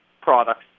products